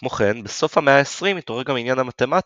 כמו כן, בסוף המאה ה-20 התעורר גם העניין המתמטי,